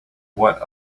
what